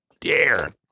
dare